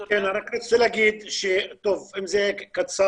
אני רק רוצה להגיד, אם זה קצר,